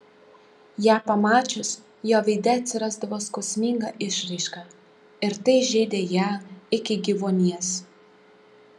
ją pamačius jo veide atsirasdavo skausminga išraiška ir tai žeidė ją iki gyvuonies